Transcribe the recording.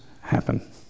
happen